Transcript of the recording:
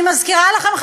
אני מזכירה לכם,